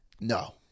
No